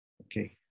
Okay